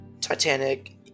Titanic